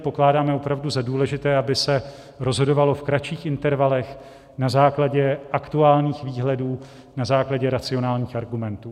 Pokládáme opravdu za důležité, aby se rozhodovalo v kratších intervalech, na základě aktuálních výhledů, na základě racionálních argumentů.